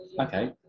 okay